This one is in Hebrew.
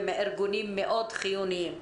ומארגונים חיוניים מאוד.